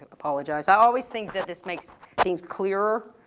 apologize. i always think that this makes things clearer,